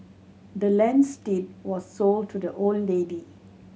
the land's deed was sold to the old lady